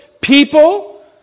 People